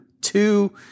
two